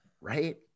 Right